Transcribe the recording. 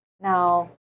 Now